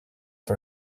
for